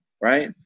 right